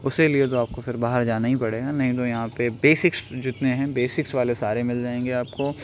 اس کے لیے تو آپ کو پھر باہر جانا ہی پڑے گا نہیں تو یہاں پہ بیسکس جتنے ہیں بیسکس والے سارے مل جائیں گے آپ کو